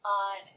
on